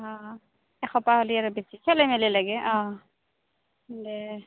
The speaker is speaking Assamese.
অঁ এশোপা হ'লি আৰু বেছি খেলি মেলি লাগে অঁ দে